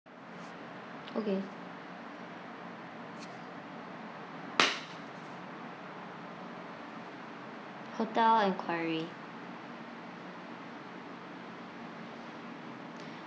okay hotel enquiry